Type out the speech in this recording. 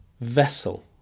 Vessel